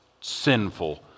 sinful